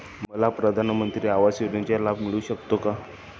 मला प्रधानमंत्री आवास योजनेचा लाभ मिळू शकतो का?